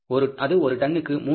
அது ஒரு டன்னுக்கு 3 ரூபாய்